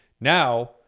now